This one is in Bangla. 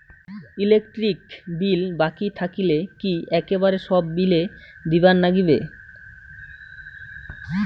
ইলেকট্রিক বিল বাকি থাকিলে কি একেবারে সব বিলে দিবার নাগিবে?